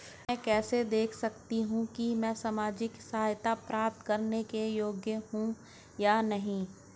मैं कैसे देख सकती हूँ कि मैं सामाजिक सहायता प्राप्त करने के योग्य हूँ या नहीं?